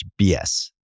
BS